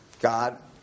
God